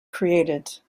created